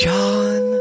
John